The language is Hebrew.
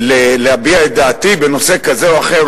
להביע את דעתי בנושא כזה או אחר,